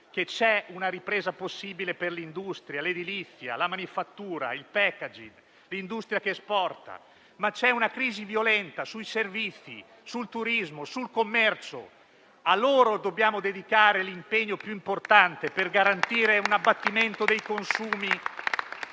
che c'è una ripresa possibile per l'industria, l'edilizia, la manifattura, il *packaging*, l'industria che esporta; ma c'è una crisi violenta sui servizi, sul turismo, sul commercio. A loro dobbiamo dedicare l'impegno più importante per garantire un abbattimento dei consumi,